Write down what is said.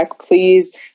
Please